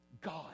God